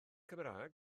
cymraeg